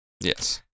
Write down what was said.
Yes